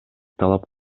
талап